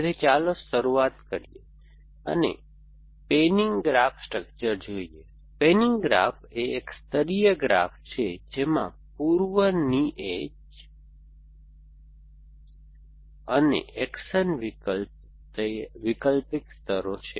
તેથી ચાલો શરૂઆત કરીએ અને પેનિંગ ગ્રાફ સ્ટ્રક્ચર જોઈએ પેનિંગ ગ્રાફ એ એક સ્તરીય ગ્રાફ છે જેમાં પૂર્વનિર્એજ ણ અને એક્શન વૈકલ્પિક સ્તરો છે